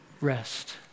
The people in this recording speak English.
rest